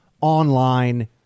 online